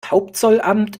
hauptzollamt